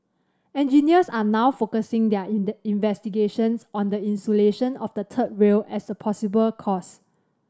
engineers are now focusing their investigations on the insulation of the third rail as the possible cause